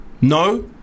No